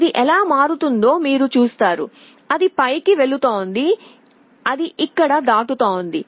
ఇది ఎలా మారుతుందో మీరు చూస్తారు అది పైకి వెళుతోంది అది ఇక్కడ దాటుతోంది